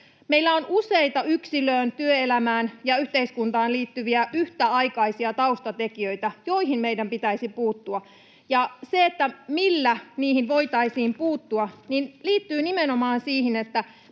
Meillä on useita yksilöön, työelämään ja yhteiskuntaan liittyviä yhtäaikaisia taustatekijöitä, joihin meidän pitäisi puuttua, ja se, millä niihin voitaisiin puuttua, liittyy nimenomaan perheiden